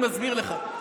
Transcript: אני מסביר לך,